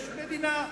יש מדינה.